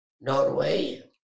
Norway